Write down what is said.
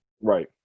Right